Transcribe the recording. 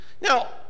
Now